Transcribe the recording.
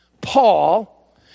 Paul